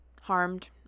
harmed